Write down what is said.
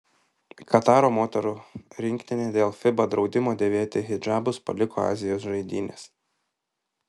kataro moterų rinktinė dėl fiba draudimo dėvėti hidžabus paliko azijos žaidynes